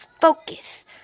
Focus